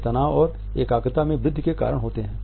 ये तनाव और एकाग्रता में वृद्धि के कारण होते हैं